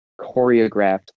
choreographed